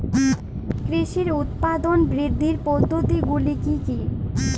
কৃষির উৎপাদন বৃদ্ধির পদ্ধতিগুলি কী কী?